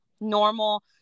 normal